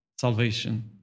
salvation